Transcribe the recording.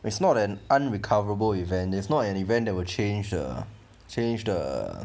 it's not an unrecoverable event is not an event that will change the change the